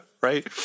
Right